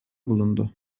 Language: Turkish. bulundu